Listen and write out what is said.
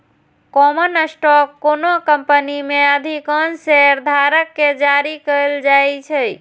common stock कोनो company मे अधिकांश शेयरधारक कें जारी कैल जाइ छै